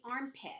armpit